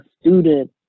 student